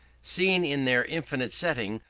seen in their infinite setting,